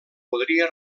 podria